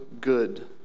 good